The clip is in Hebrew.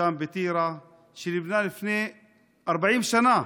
שם בטירה, שנבנה לפני 40 שנה.